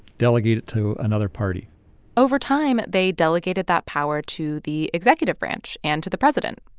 delegate it to another party over time, they delegated that power to the executive branch and to the president.